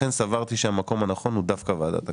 לכן סברתי שהמקום הנכון הוא דווקא ועדת הכספים.